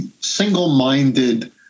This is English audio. single-minded